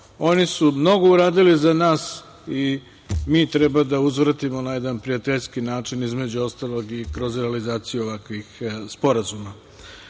oni su mnogo uradili za nas i mi treba da uzvratimo na jedan prijateljski način, između ostalog i kroz realizaciju ovakvih sporazuma. Dame